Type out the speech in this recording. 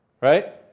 Right